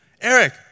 Eric